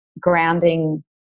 grounding